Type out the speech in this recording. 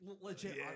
legit